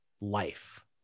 life